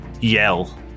yell